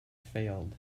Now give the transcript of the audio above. failed